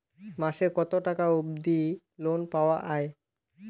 মাসে কত টাকা অবধি লোন পাওয়া য়ায়?